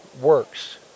works